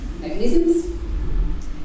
mechanisms